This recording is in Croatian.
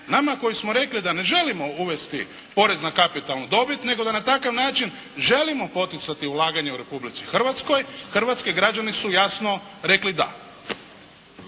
Nama koji smo rekli da ne želimo uvesti porez na kapitalnu dobit, nego da na takav način želimo poticati ulaganje u Republici Hrvatskoj hrvatski građani su jasno rekli da.